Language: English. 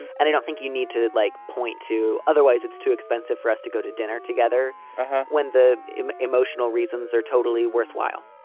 and i don't think you need to like point to. otherwise, it's too expensive for us to go to dinner together when the emotional reasons are totally worthwhile.